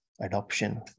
adoption